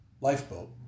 lifeboat